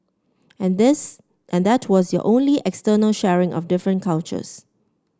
and this and that was your only external sharing of different cultures